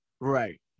Right